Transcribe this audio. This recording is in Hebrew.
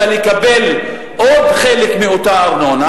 אלא לקבל עוד חלק מאותה ארנונה,